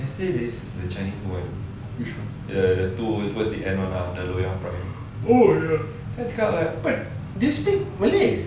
yesterday this the chinese boy the two towards the end the loyang primary then cakap like do you speak malay